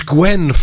Gwen